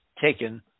taken